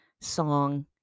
song